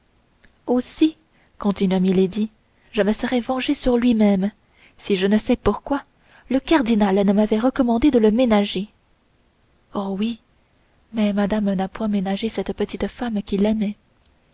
aussi continua milady je me serais déjà vengée sur lui-même si je ne sais pourquoi le cardinal ne m'avait recommandé de le ménager oh oui mais madame n'a point ménagé cette petite femme qu'il aimait